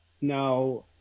Now